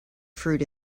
fruit